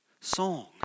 Song